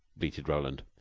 bleated roland.